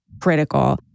critical